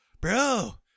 Bro